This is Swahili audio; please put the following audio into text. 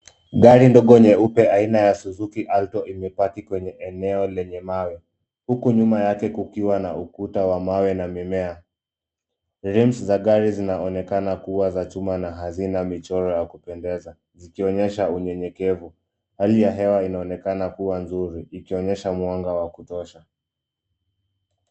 Gari ndogo nyeupe aina ya Suzuki Alto imepaki kwenye eneo lenye mawe, huku nyuma yake kukiwa na ukuta wa mawe na mimea. Rims za gari zinaonekana kuwa za chuma na hazina michoro ya kupendeza zikionyesha unyenyekevu. Hali ya hewa inaonekana kuwa nzuri ikionyesha mwanga wa kutosha.